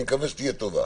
אני מקווה שהיא תהיה טובה.